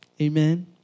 Amen